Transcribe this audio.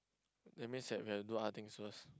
that means that we have to do other things first